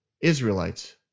Israelites